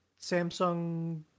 Samsung